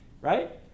right